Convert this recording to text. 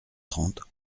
trente